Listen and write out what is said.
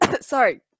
sorry